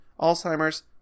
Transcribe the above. Alzheimer's